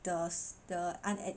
the the uned~